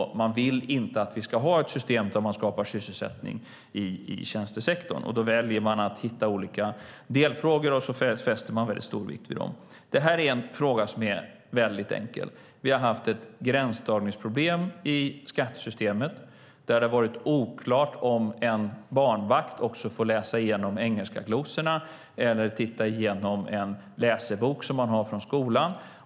Man vill inte att vi ska ha ett system som skapar sysselsättning i tjänstesektorn, och då väljer att man att hitta olika delfrågor och fäster mycket stor vikt vid dem. Det här är en mycket enkel fråga. Vi har haft ett gränsdragningsproblem i skattesystemet. Det har varit oklart om en barnvakt också får läsa igenom engelska glosor eller titta igenom en läsebok från skolan.